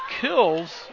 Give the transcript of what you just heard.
kills